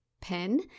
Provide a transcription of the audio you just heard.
pen